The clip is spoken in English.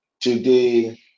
today